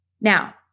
Now